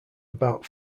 about